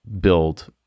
build